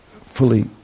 fully